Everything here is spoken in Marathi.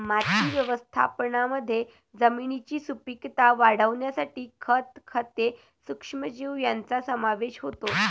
माती व्यवस्थापनामध्ये जमिनीची सुपीकता वाढवण्यासाठी खत, खते, सूक्ष्मजीव यांचा समावेश होतो